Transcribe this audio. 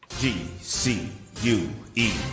G-C-U-E